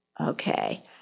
Okay